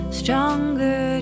stronger